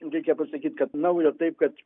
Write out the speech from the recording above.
reikia pasakyt kad naujo taip kad